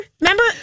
remember